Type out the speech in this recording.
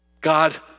God